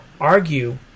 argue